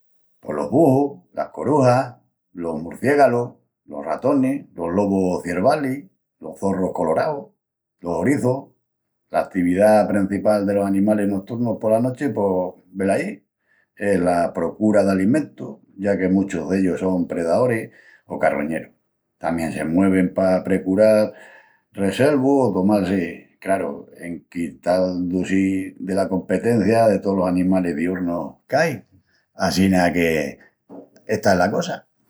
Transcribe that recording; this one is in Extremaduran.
Pos los buhus, las corujas, los murciégalus, los ratonis, los lobus ciervalis, los zorrus coloraus, los orizus. La atividá prencipal delos animalis noturnus pola nochi pos... velaí, es la procura d'alimentu, ya que muchus d'ellus son predaoris o carroñerus. Tamién se muevin pa precural reselvu o tomal-si, craru, en quitandu-si dela competencia de tolos animalis diurnus qu'ain, assina que está la cosa.